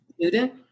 student